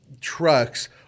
trucks